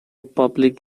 public